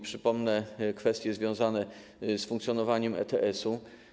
Przypomnę kwestie związane z funkcjonowaniem ETS-u.